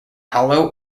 hollow